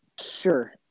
sure